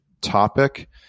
topic